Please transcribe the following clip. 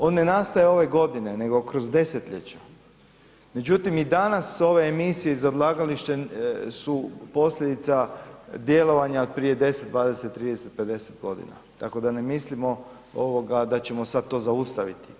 On ne nastaje ove godine nego kroz desetljeća međutim i danas ove emisije za odlagalište su posljedica djelovanja prije 10, 20, 30, 50 g. tako da ne mislimo da ćemo sad to zaustaviti.